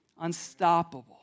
unstoppable